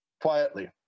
quietly